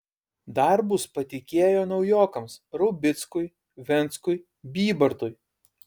darbus patikėjo naujokams raubickui venckui bybartui